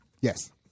Yes